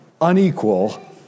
unequal